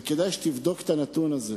וכדאי שתבדוק את הנתון הזה,